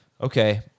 Okay